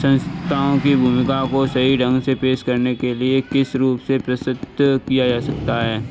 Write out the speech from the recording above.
संस्थानों की भूमिका को सही ढंग से पेश करने के लिए किस रूप से प्रतिष्ठित किया जा सकता है?